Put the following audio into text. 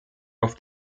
auf